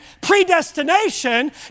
predestination